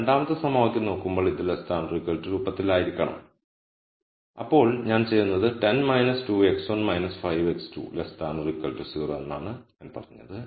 രണ്ടാമത്തെ സമവാക്യം നോക്കുമ്പോൾ ഇത് രൂപത്തിലാക്കണം അപ്പോൾ ഞാൻ ചെയ്യുന്നത് 10 2 x1 5 x2 0 എന്നാണ് ഞാൻ പറഞ്ഞത്